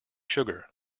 sugar